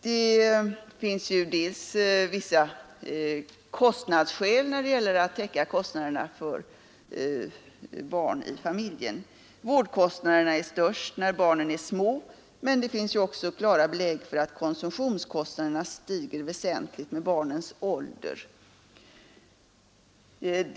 Det finns vissa kostnadsskäl som talar mot ett vårdnadsbidrag till familjen. Vårdnadskostnaderna är störst när barnen är små, men det finns också klara belägg för att konsumtionskostnaderna stiger väsentligt med barnens ålder.